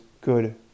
good